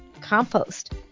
Compost